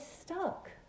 stuck